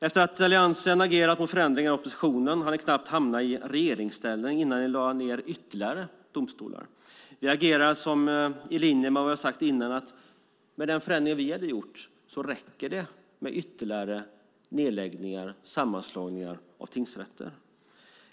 Efter att Alliansen agerat mot förändringar i opposition hann ni knappt hamna i regeringsställning förrän ni lade ned ytterligare domstolar. Vi agerade i linje med vad vi sagt innan att med den förändring vi hade gjort så räckte det med nedläggningar och sammanslagningar av tingsrätter.